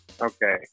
Okay